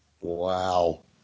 Wow